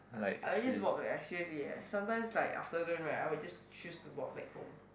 I will just work eh seriously eh sometimes like after rain right I will just choose to walk back home